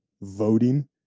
voting